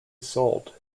sold